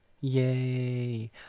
Yay